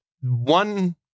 one